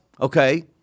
Okay